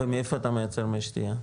ומאיפה אתה מייצר מי שתייה?